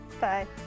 Bye